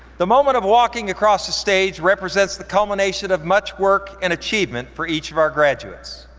the moment of walking across the stage represents the culmination of much work and achievement for each of our graduates.